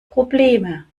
probleme